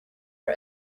for